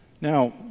Now